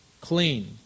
clean